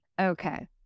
Okay